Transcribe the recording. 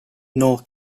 nor